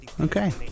Okay